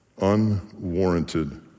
Unwarranted